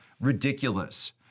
Ridiculous